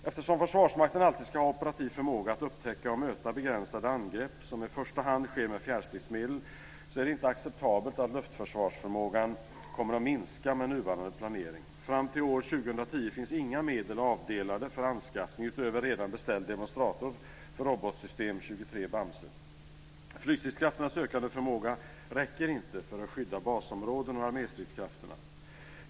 Eftersom Försvarsmakten alltid ska ha operativ förmåga att upptäcka och möta begränsade angrepp som i första hand sker med fjärrstridsmedel är det inte acceptabelt att luftförsvarsförmågan kommer att minska med nuvarande planering. Fram till år 2010 finns inga medel avdelade för anskaffning utöver redan beställd demonstrator för robotsystem 23 Bamse. Flygstridskrafternas ökande förmåga räcker inte för att skydda basområden och arméstridskrafterna.